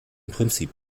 prinzip